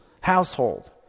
household